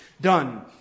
done